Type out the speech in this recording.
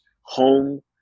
home